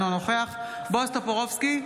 אינו נוכח בועז טופורובסקי,